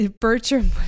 Bertram